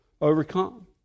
overcome